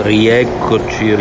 rieccoci